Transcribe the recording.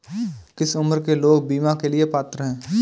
किस उम्र के लोग बीमा के लिए पात्र हैं?